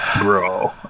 bro